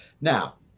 Now